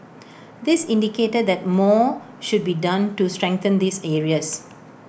this indicated that more should be done to strengthen these areas